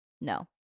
no